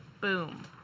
Boom